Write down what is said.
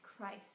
Christ